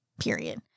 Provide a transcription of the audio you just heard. period